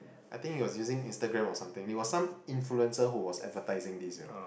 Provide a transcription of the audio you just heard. I think he was using Instagram or something it was some influencer who was advertising this you know